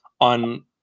on